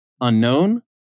unknown